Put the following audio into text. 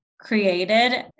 created